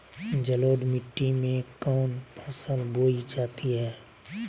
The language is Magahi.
जलोढ़ मिट्टी में कौन फसल बोई जाती हैं?